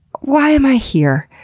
why am i here?